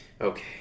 Okay